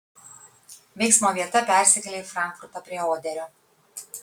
veiksmo vieta persikelia į frankfurtą prie oderio